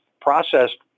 processed